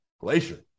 Glacier